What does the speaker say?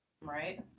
Right